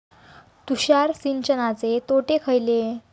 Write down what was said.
तुषार सिंचनाचे तोटे खयले?